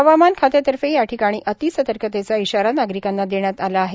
हवामान खात्यातर्फे याठिकाणी अतिसर्तकतेचा इशारा नागरिकांना देण्यात आला आहे